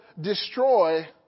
destroy